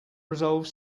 resolve